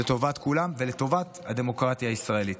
לטובת כולם ולטובת הדמוקרטיה הישראלית.